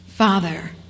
Father